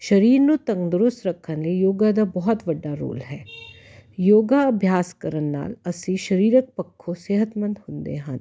ਸਰੀਰ ਨੂੰ ਤੰਦਰੁਸਤ ਰੱਖਣ ਲਈ ਯੋਗਾ ਦਾ ਬਹੁਤ ਵੱਡਾ ਰੋਲ ਹੈ ਯੋਗਾ ਅਭਿਆਸ ਕਰਨ ਨਾਲ ਅਸੀਂ ਸਰੀਰਕ ਪੱਖੋਂ ਸਿਹਤਮੰਦ ਹੁੰਦੇ ਹਨ